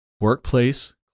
workplace